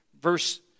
Verse